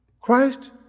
Christ